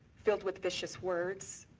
filled with vicious words,